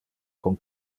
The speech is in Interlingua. con